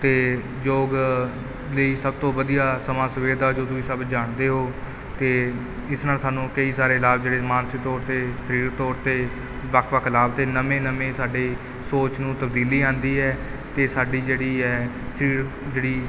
ਅਤੇ ਯੋਗ ਲਈ ਸਭ ਤੋਂ ਵਧੀਆ ਸਮਾਂ ਸਵੇਰ ਦਾ ਜੋ ਤੁਸੀਂ ਸਭ ਜਾਣਦੇ ਹੋ ਅਤੇ ਇਸ ਨਾਲ ਸਾਨੂੰ ਕਈ ਸਾਰੇ ਲਾਭ ਜਿਹੜੇ ਮਾਨਸਿਕ ਤੌਰ 'ਤੇ ਸਰੀਰਕ ਤੌਰ 'ਤੇ ਵੱਖ ਵੱਖ ਲਾਭ ਅਤੇ ਨਵੀਂ ਨਵੀਂ ਸਾਡੀ ਸੋਚ ਨੂੰ ਤਬਦੀਲੀ ਆਉਂਦੀ ਹੈ ਅਤੇ ਸਾਡੀ ਜਿਹੜੀ ਹੈ ਸਰੀਰਕ ਜਿਹੜੀ